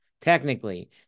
technically